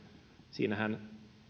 siinähän